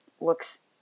looks